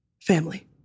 Family